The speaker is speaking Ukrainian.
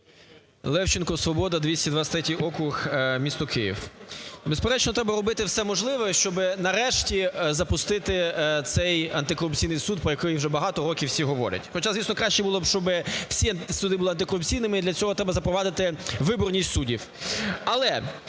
Левченко, "Свобода", 223 округ, місто Київ. Безперечно, треба робити все можливе, щоб нарешті запустити цей антикорупційний суд, про який вже багато років всі говорять. Хоча, звісно, краще було б, щоб всі суди були антикорупційними і для цього треба запровадити виборність суддів.